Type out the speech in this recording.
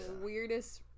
weirdest